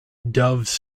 doves